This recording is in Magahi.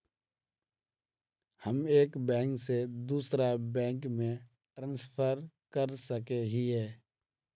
हम एक बैंक से दूसरा बैंक में ट्रांसफर कर सके हिये?